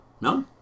No